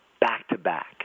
back-to-back